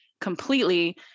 completely